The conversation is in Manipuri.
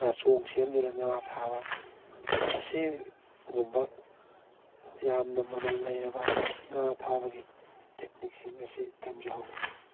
ꯉꯥꯆꯣꯡ ꯁꯦꯝꯗꯨꯅ ꯉꯥ ꯐꯥꯕ ꯑꯁꯤꯒꯨꯝꯕ ꯌꯥꯝꯅ ꯃꯃꯜ ꯂꯩꯔꯕ ꯉꯥ ꯐꯥꯕꯒꯤ ꯇꯦꯛꯅꯤꯛꯁꯤꯡ ꯑꯁꯤ ꯇꯝꯖꯍꯧꯋꯤ